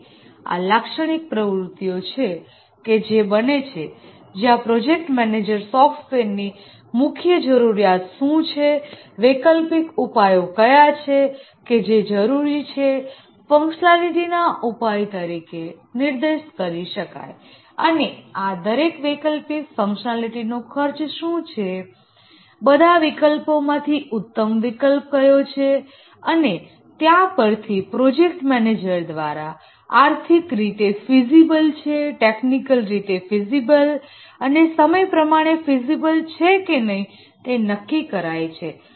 તેથી આ લાક્ષણિક પ્રવૃતિઓ છે કે જે બને છે જ્યાં પ્રોજેક્ટ મેનેજર સોફ્ટવેરની મુખ્ય જરૂરિયાત શું છે વૈકલ્પિક ઉપાયો કયા છે કે જે જરૂરી ફંક્શનાલીટી ના ઉપાય તરીકે નિર્દેશ કરી શકાય અને આ દરેક વૈકલ્પિક ફંક્શનાલીટીનો ખર્ચ શું છે બધા વિકલ્પોમાંથી ઉત્તમ ઉપાય કયો છે અને તેના પરથી પ્રોજેક્ટ મેનેજર દ્વારા આર્થિક રીતે ફિઝિબલ છે ટેકનિકલ રીતે ફિઝિબલ અને શિડયુલ પ્રમાણે ફિઝિબલ છે કે નહીં તે નક્કી કરાઇ છે